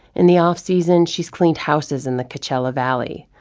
in the offseason she's cleaned houses in the coachella valley.